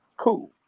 cool